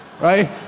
right